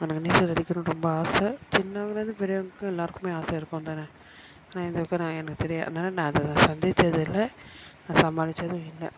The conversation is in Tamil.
எனக்கு நீச்சல் அடிக்கணும்னு ரொம்ப ஆசை சின்னவங்கலேந்து பெரியவங்களுக்கு எல்லோருக்குமே ஆசை இருக்கும் தான ஆனால் இதுவரைக்கும் நான் எனக்கு தெரியாததுனால நான் அதை சந்தித்தது இல்லை நான் சமாளித்ததும் இல்லை